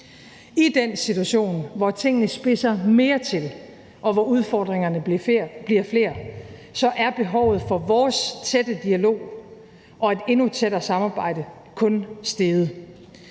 I den situation, hvor tingene spidser mere til, og hvor udfordringerne bliver flere, er behovet for vores tætte dialog og et endnu tættere samarbejde kun steget.